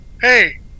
hey